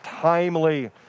timely